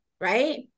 right